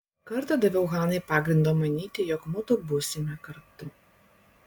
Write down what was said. kartą daviau hanai pagrindo manyti jog mudu būsime kartu